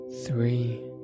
three